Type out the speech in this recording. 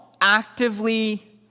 actively